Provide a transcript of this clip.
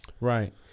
Right